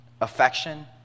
affection